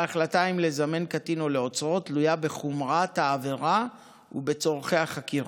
ההחלטה אם לזמן קטין או לעוצרו תלויה בחומרת העבירה ובצורכי החקירה.